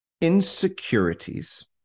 insecurities